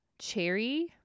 cherry